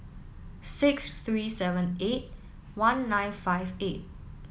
six three seven eight one nine five eight